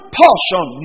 portion